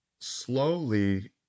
slowly